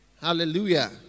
Hallelujah